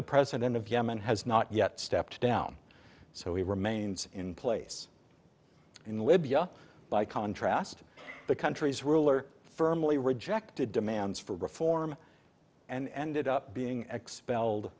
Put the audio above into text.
the president of yemen has not yet stepped down so he remains in place in libya by contrast the country's ruler firmly rejected demands for reform and ended up being expelled